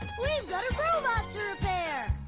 we've got a robot to repair!